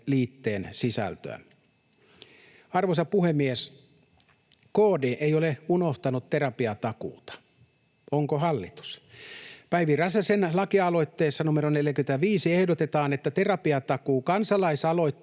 liitteen sisältöä. Arvoisa puhemies! KD ei ole unohtanut terapiatakuuta. Onko hallitus? Päivi Räsäsen lakialoitteessa numero 45 ehdotetaan, että Terapiatakuu-kansalaisaloitteessa